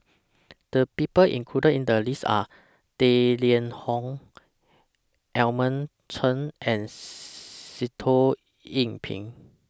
The People included in The list Are Tang Liang Hong Edmund Chen and Sitoh Yih Pin